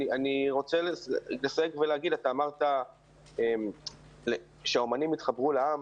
אתה אמרת שהאומנים יתחברו לעם.